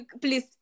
please